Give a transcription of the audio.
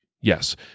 Yes